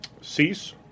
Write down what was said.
cease